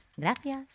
Gracias